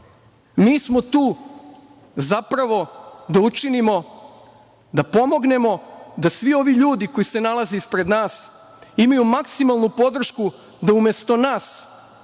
smo tu, zapravo, da pomognemo da svi ovi ljudi koji se nalaze ispred nas imaju maksimalnu podršku da umesto nas